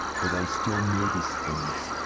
but i still notice things.